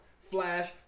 Flash